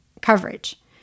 coverage